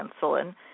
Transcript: insulin